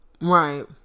Right